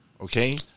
okay